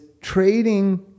trading